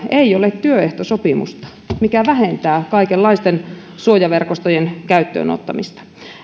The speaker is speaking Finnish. ei ole työehtosopimusta mikä vähentää kaikenlaisten suojaverkostojen käyttöön ottamista vielä